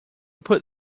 put